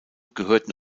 gehörten